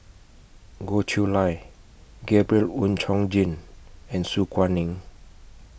Goh Chiew Lye Gabriel Oon Chong Jin and Su Guaning